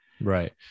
Right